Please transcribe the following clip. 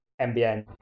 MBN